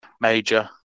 major